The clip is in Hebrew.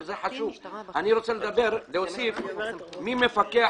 מופיע שם קצין משטרה מוסמך, מפקד מחוז או מפקד